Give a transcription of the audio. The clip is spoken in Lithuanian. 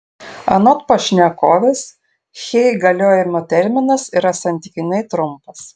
anot pašnekovės hey galiojimo terminas yra santykinai trumpas